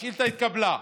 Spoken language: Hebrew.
השאילתה התקבלה,